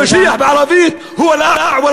המשיח בערבית הוא אל-אעוור